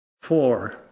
four